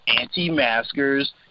anti-maskers